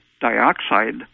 dioxide